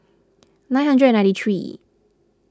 nine hundred and ninety three